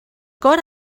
cor